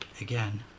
again